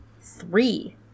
three